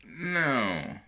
No